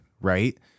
right